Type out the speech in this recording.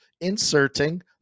inserting